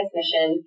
mission